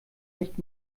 nicht